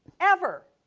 ever.